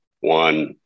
One